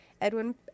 Edwin